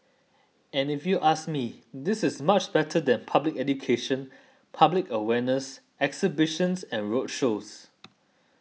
and if you ask me this is much better than public education public awareness exhibitions and roadshows